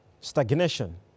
Stagnation